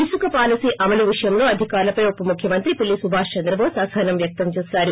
ఇసుక పాలసీ అమలు విషయంలో అధికారులపై ఉపముఖ్యమంత్రి పిల్లి సుభాష్ చంద్రటోస్ అసహనం వ్యక్తం చేశారు